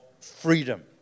freedom